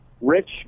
rich